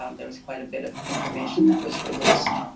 um there was quite a bit of information that was released.